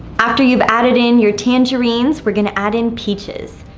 after you've added in your tangerines, we're going to add in peaches.